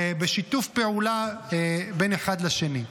בשיתוף פעולה בין אחד לשני.